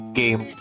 game